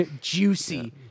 Juicy